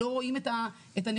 לא רואים את הנכות,